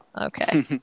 okay